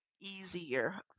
easier